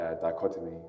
dichotomy